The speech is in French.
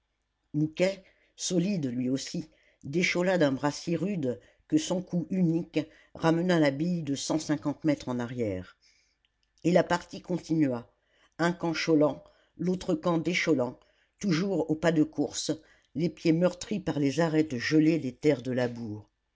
mouquet solide lui aussi déchola d'un bras si rude que son coup unique ramena la bille de cent cinquante mètres en arrière et la partie continua un camp cholant l'autre camp décholant toujours au pas de course les pieds meurtris par les arêtes gelées des terres de labour